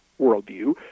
worldview